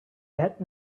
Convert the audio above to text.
that